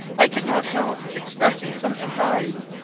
i could not help expressing some surprise,